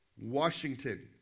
Washington